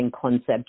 concept